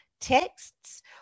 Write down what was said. texts